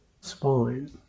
spine